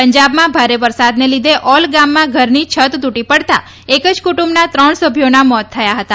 પંજાબમાં ભારે વરસાદના લીધે ઓલ ગામમાં ઘરની છત તૂટી પડતાં એક કુટુંબના ત્રણ સભ્યોના મોત થયા હતા